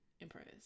impressed